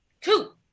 Two